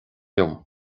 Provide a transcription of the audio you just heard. liom